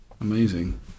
Amazing